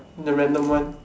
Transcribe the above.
the random one